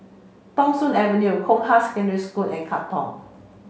Thong Soon Avenue Hong Kah Secondary School and Katong